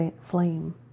flame